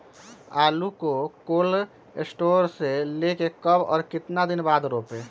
आलु को cold store से ले के कब और कितना दिन बाद रोपे?